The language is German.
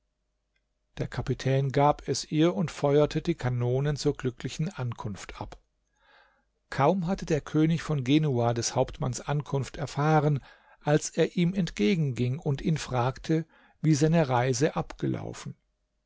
der kapitän gab es ihr und feuerte die kanonen zur glücklichen ankunft ab kaum hatte der könig von genua des hauptmanns ankunft erfahren als er ihm entgegenging und ihn fragte wie seine reise abgelaufen